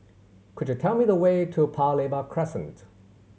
could you tell me the way to Paya Lebar Crescent